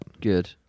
Good